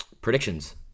predictions